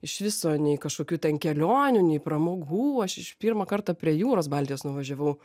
iš viso nei kažkokių ten kelionių nei pramogų aš pirmą kartą prie jūros baltijos nuvažiavau